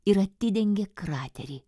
ir atidengė kraterį